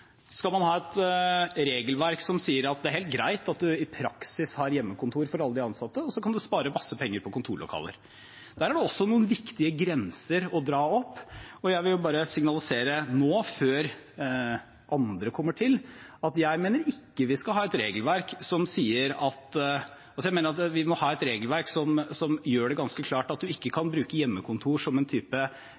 Skal man ha et regelverk som sier at det er helt greit at man i praksis har hjemmekontor for alle de ansatte, slik at man kan spare masse penger på kontorlokaler? Det er en viktig grense å dra opp, og jeg vil bare signalisere nå, før andre kommer til, at jeg mener vi skal ha et regelverk som gjør det ganske klart at man verken kan bruke hjemmekontor som